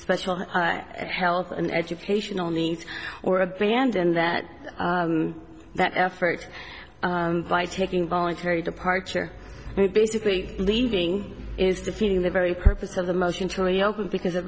special health and educational needs or abandon that that effort by taking voluntary departure basically leaving is defeating the very purpose of the motion to reopen because